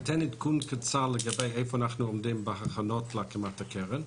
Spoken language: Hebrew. אני אתן עדכון קצר איפה אנחנו עומדים בהכנות להקמת הקרן.